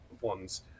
ones